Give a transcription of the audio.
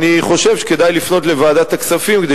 אני חושב שכדאי לפנות אל ועדת הכספים כדי